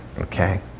okay